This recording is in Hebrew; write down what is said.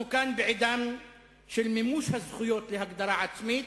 אנחנו כאן בעידן של מימוש הזכויות להגדרה עצמית,